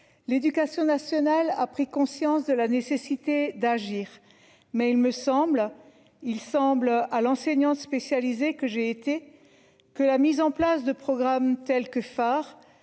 L'éducation nationale a pris conscience de la nécessité d'agir mais il me semble, il semble à l'enseignant spécialisé que j'ai été que la mise en place de programmes tels que Far